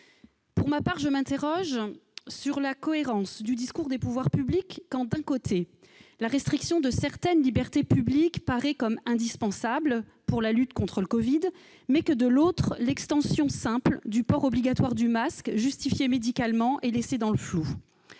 Pour ma part, je m'interroge sur la cohérence du discours des pouvoirs publics : d'un côté, la restriction de certaines libertés publiques est présentée comme indispensable pour lutter contre le Covid-19, de l'autre, l'extension du port obligatoire du masque, justifiée médicalement, est laissée dans le flou.